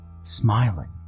smiling